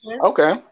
Okay